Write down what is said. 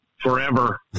forever